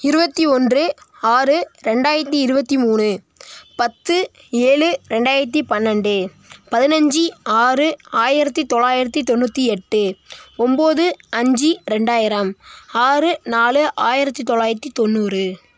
இருபத்தி ஒன்று ஆறு ரெண்டாயிரத்து இருபத்தி மூணு பத்து ஏழு ரெண்டாயிரத்து பன்னெண்டு பதினஞ்சு ஆறு ஆயிரத்து தொள்ளாயிரத்து தொண்ணூற்றி எட்டு ஒம்பது அஞ்சு ரெண்டாயிரம் ஆறு நாலு ஆயிரத்து தொள்ளாயிரத்து தொண்ணூறு